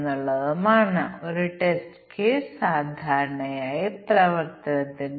ഒരു പരിശോധനയ്ക്ക് ആവശ്യമായ ടെസ്റ്റ് കേസുകളുടെ എണ്ണം പവർ 50 മുതൽ 2 വരെയാണ്